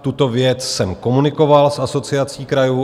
Tuto věc jsem komunikoval s Asociací krajů.